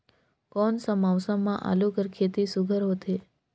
कोन सा मौसम म आलू कर खेती सुघ्घर होथे?